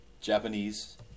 Japanese